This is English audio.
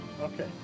Okay